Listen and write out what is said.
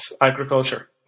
agriculture